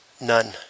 None